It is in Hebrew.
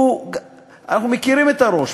אנחנו מכירים את הראש.